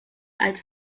als